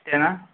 ಇಷ್ಟೇನಾ